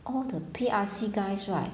all the P_R_C guys right